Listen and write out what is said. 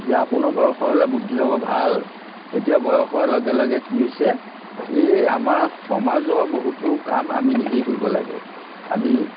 যে আপোনাৰ বয়সো হ'লে বুদ্ধি হ'ব ভাল এতিয়া বয়স হোৱাৰ লগে লগে কি হৈছে এই আমাৰ সমাজৰ বহুতো কাম আমি নিজেই কৰিব লাগে আমি